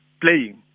playing